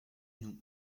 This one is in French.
nous